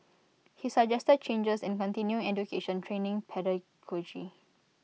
he suggested changes in continuing education training pedagogy